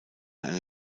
eine